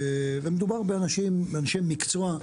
ומדובר באנשי מקצוע,